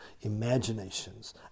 imaginations